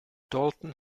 dalton